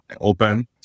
open